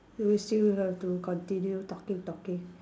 we still have to continue talking talking